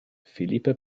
philippe